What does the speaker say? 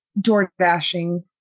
DoorDashing